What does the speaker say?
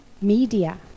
media